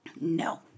No